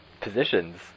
positions